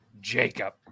Jacob